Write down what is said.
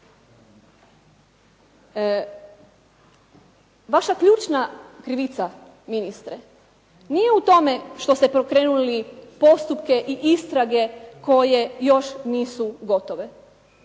Vaša ključna krivica ministre nije u tome što ste pokrenuli postupke i istrage koje još nisu gotove,